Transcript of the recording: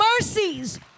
mercies